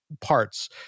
parts